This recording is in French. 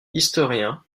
historien